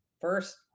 first